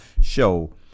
show